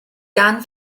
gan